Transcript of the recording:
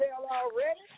already